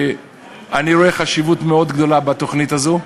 אני רואה חשיבות מאוד גדולה בתוכנית הזו,